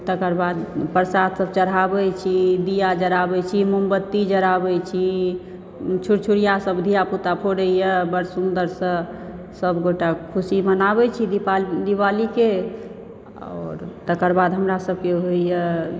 तकरबाद प्रसाद सबऽ चढ़ाबै छी दिया जराबै छी मोमबत्ती जराबै छी छुरछुरिया सब धियापुता सब फोड़ै बड्ड सुन्दर सऽ सब गोट्टा खुशी मनाबै छी दीपाली दिवाली के आओर तकरबाद हमरा सभ के होइया